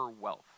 wealth